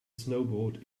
snowboard